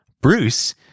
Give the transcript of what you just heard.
Bruce